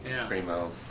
primo